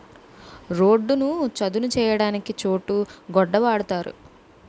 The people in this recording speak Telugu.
రోడ్డును చదును చేయడానికి చోటు గొడ్డ వాడుతారు